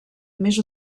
més